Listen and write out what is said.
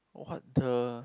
what the